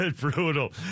Brutal